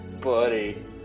buddy